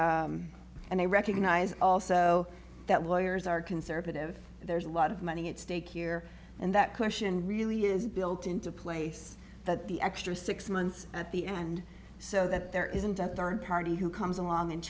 and and i recognize also that lawyers are conservative there's a lot of money at stake here and that question really is built into place that the extra six months at the end so that there isn't a party who comes along and